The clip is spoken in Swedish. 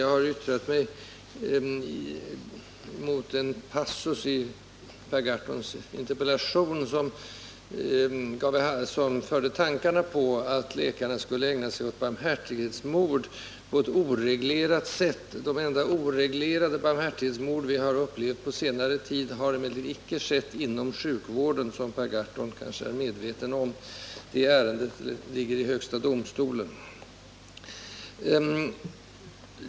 Jag har yttrat mig mot en passus i Per Gahrtons interpellation, som förde tankarna till att läkarna skulle ägna sig åt barmhärtighetsmord på ett ”oreglerat” sätt. Det enda oreglerade barmhärighetsmord vi har upplevt på senare tid har icke skett inom sjukvården, vilket Per Gahrton kanske är medveten om. Det ärendet ligger nu i högsta domstolen.